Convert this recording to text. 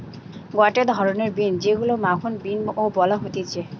গটে ধরণের বিন যেইগুলো মাখন বিন ও বলা হতিছে